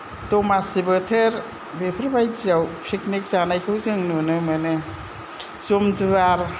दमासि बोथोर बेफोरबायदियाव फिकनिक जानायखौ जों नुनो मोनो जमदुवार